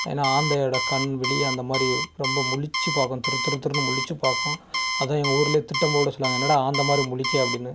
ஏன்னால் ஆந்தையோடய கண் விழி அந்தமாதிரி ரொம்ப முழிச்சி பார்க்கும் திரு திரு திருனு முழிச்சி பார்க்கும் அதுதான் எங்கள் ஊரிலே திட்டும் போதுக்கூட சொல்வாங்கள் என்னடா ஆந்தை மாதிரி முழிக்கிற அப்படின்னு